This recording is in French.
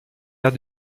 aire